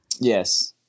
Yes